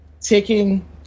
taking